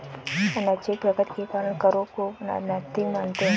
अनैच्छिक प्रकृति के कारण करों को अनैतिक मानते हैं